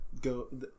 go